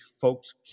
folks